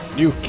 new